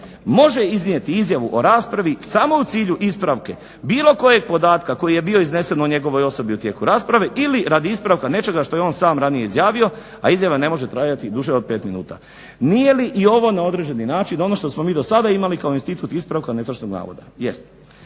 može iznijeti izjavu o raspravi samo u cilju ispravke bilo kojeg podatka koji je bio iznesen o njegovoj osobi u tijeku rasprave ili radi ispravka nečega što je on sam ranije izjavio, a izjava ne može trajati duže od 5 minuta". Nije li i ovo na određeni način ono što smo mi do sada imali kako institut ispravka netočnog navoda?